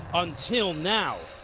until now.